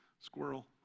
Squirrel